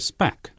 back